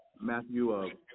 Matthew